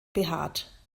behaart